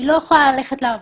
היא לא יכולה ללכת לעבוד.